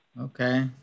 Okay